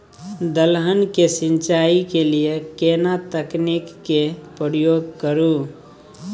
दलहन के सिंचाई के लिए केना तकनीक के प्रयोग करू?